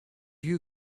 you